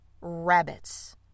rabbits